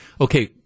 okay